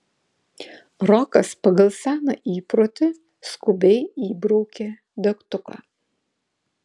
rokas pagal seną įprotį skubiai įbraukė degtuką